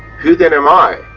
who then am i,